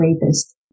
rapist